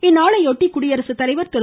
இந்நாளையொட்டி குடியரசுத்தலைவர் திரு